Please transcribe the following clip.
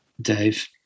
Dave